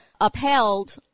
upheld